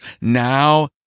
now